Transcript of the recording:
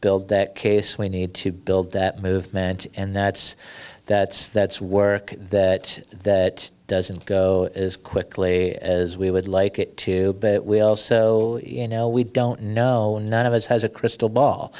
build that case we need to build that movement and that's that's that's work that that doesn't go as quickly as we would like it to also you know we don't know and none of us has a crystal ball